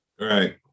Right